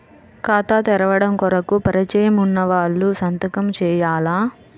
ఖాతా తెరవడం కొరకు పరిచయము వున్నవాళ్లు సంతకము చేయాలా?